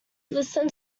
listen